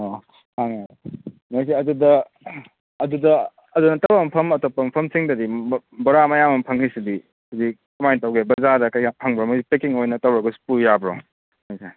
ꯑꯣ ꯍꯥꯡꯉꯦ ꯃꯣꯏꯁꯦ ꯑꯗꯨꯗ ꯑꯗꯨꯗ ꯑꯗꯨ ꯅꯠꯇꯕ ꯃꯐꯝ ꯑꯇꯣꯞꯄ ꯃꯐꯝꯁꯤꯡꯗꯗꯤ ꯕꯣꯔꯥ ꯃꯌꯥꯝ ꯑꯃ ꯐꯪꯂꯤꯁꯤꯗꯤ ꯁꯤꯗꯤ ꯀꯃꯥꯏꯅ ꯇꯧꯒꯦ ꯕꯖꯥꯔꯗ ꯀꯩꯀꯥ ꯐꯪꯕ꯭ꯔꯥ ꯃꯣꯏꯁꯤ ꯄꯦꯛꯀꯤꯡ ꯑꯣꯏꯅ ꯇꯧꯔꯒꯁꯨ ꯄꯨ ꯌꯥꯕ꯭ꯔꯣ ꯃꯣꯏꯁꯦ